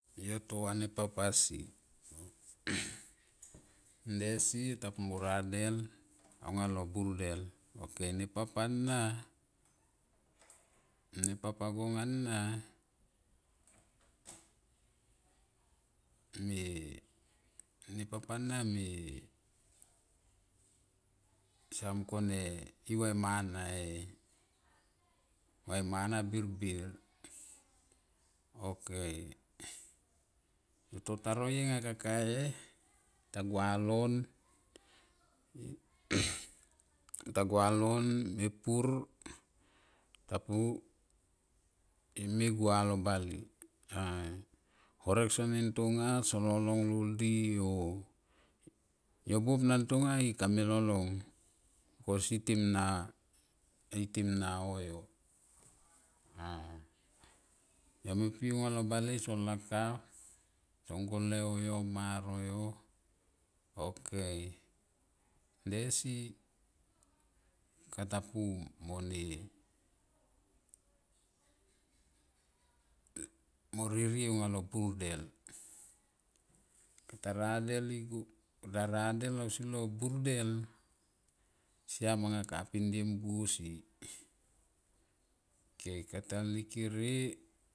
Yo to va nepap asi nde si tapo mo radel aunga lo burdel ok nepap, nepap ana me nepap me tita mung kona va e mane birbir ok tito ta roie me kakae ta gua lon ta gua lon mepur tapu e me gua lo bale time horek son nin tonga son lolong o yo buop nan tonga e kame lolong bikos e timna, e timna o yo a yo me pi aunga lo bale son lakap son gole o yo ok nde si kata pu mone mo ririe aunga lo burdel kata radel igo, kata radel ausi lo burdel siam anga ka pindie mbuo si ok kata likere.